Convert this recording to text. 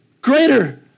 greater